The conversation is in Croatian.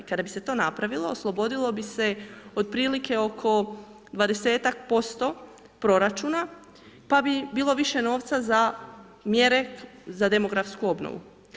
Kada bi se to napravilo, oslobodilo bi se otprilike oko 20-ak% proračuna, pa bi bilo više novca za mjere za demografsku obnovu.